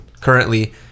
currently